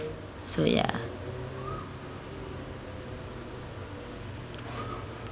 so ya